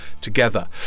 together